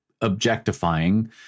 objectifying